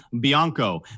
Bianco